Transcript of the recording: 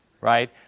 right